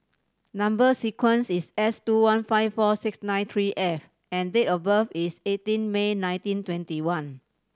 number sequence is S two one five four six nine three F and date of birth is eighteen May nineteen twenty one